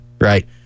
Right